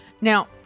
Now